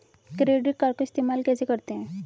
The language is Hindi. क्रेडिट कार्ड को इस्तेमाल कैसे करते हैं?